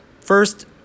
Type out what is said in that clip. first